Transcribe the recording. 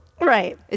Right